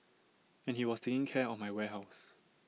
and he was taking care of my warehouse